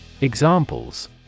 Examples